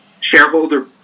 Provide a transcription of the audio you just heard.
shareholder